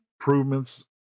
improvements